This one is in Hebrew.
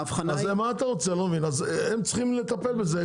הם צריכים לטפל בזה.